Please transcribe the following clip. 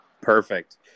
perfect